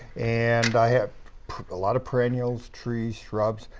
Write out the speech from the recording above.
and i have a lot of perennials, trees, shrubs.